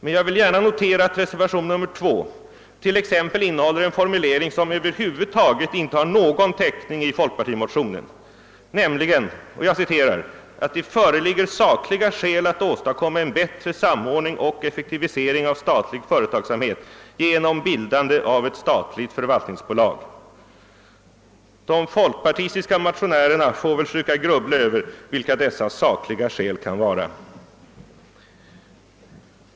Men jag vill gärna notera att reservationen 2 t.ex. innehåller en formulering som över huvud taget inte har någon täckning i folkpartimotionen, nämligen att det föreligger »sakliga skäl att åstadkomma bättre samordning och effektivisering av statlig företagsamhet genom bildandet av ett statligt förvaltningsbolag». De folkpartistiska motionärerna får väl försöka grubbla över vilka dessa sakliga skäl kan vara.